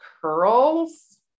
curls